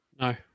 No